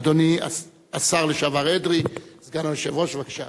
אדוני השר לשעבר אדרי, סגן היושב-ראש, בבקשה.